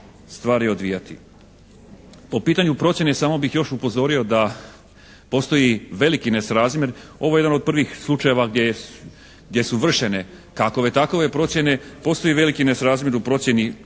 stvari odvijati. Po pitanju procjene samo bih još upozorio da postoji veliki nesrazmjer. Ovo je jedan od prvih slučajeva gdje su vršene kakove takove procjene. Postoji veliki nesrazmjer kod procjene